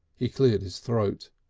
he cleared his throat.